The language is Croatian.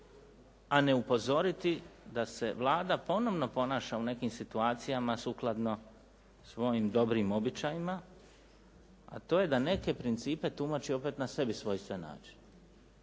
a ne upozoriti da se Vlada ponovo ponaša u nekim situacijama sukladno svojim dobrim običajima a to je da neke principe tumači opet na sebi svojstven